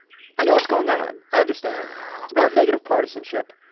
i know it's going on. i understand it's about negative partisanship.